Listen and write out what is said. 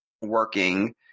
working